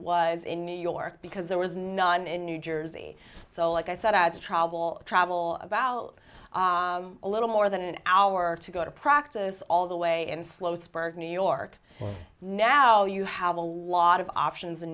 was in new york because there was none in new jersey so like i said i had to travel travel about a little more than an hour to go to practice all the way and slow spur new york now you have a lot of options